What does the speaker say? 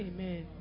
Amen